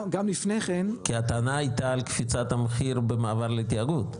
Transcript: כי הטענה הייתה על קפיצת המחיר במעבר לתיאגוד?